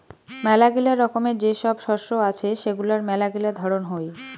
মেলাগিলা রকমের যে সব শস্য আছে সেগুলার মেলাগিলা ধরন হই